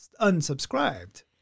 unsubscribed